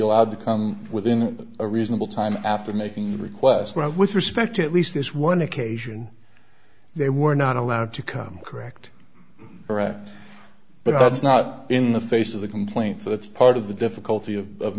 allowed to come within a reasonable time after making the request with respect to at least this one occasion they were not allowed to come correct correct but that's not in the face of the complaint that's part of the difficulty of